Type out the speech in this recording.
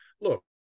look